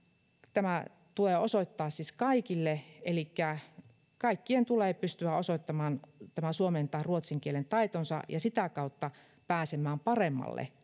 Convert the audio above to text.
tämä tulee osoittaa siis kaikille elikkä kaikkien tulee pystyä osoittamaan suomen tai ruotsin kielen taitonsa ja sitä kautta pääsemään paremmalle